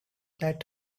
that